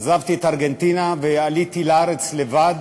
עזבתי את ארגנטינה ועליתי לארץ לבד